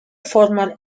former